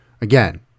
Again